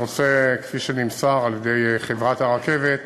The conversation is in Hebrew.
כפי שנמסר מחברת הרכבת,